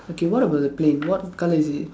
okay what about the plane what colour is it